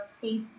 safe